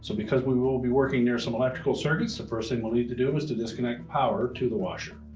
so because we will will be working near some electrical circuits, the first thing we'll need to do is to disconnect power to the washer.